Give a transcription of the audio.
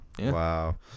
Wow